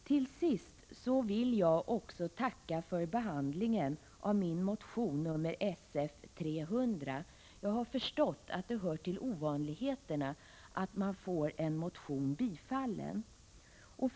Till sist vill jag också tacka för behandlingen av min motion nr SF300. Jag har förstått att det hör till ovanligheterna att man får en motion tillstyrkt.